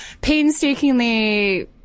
painstakingly